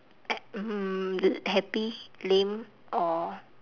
at mm happy lame or